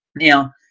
Now